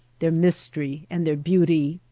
their mystery, and their beauty.